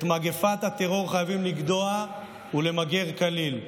את מגפת הטרור חייבים לגדוע ולמגר כליל.